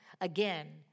Again